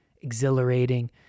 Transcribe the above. exhilarating